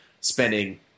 spending